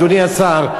אדוני השר.